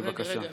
בבקשה.